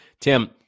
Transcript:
Tim